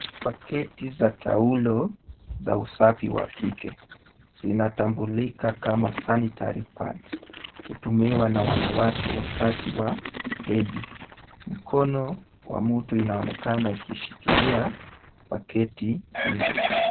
Paketi za taulo za usafi wa kike. Zinatambulika kama sanitary pads . Hutumiwa na wanawake wakati wa hedhi. Mkono wa mtu inaonekana ikishikilia paketi hizo.